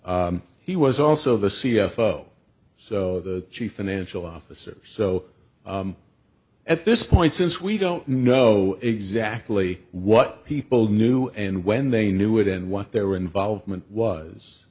he was also the c f o so the chief financial officer so at this point since we don't know exactly what people knew and when they knew it and what their involvement was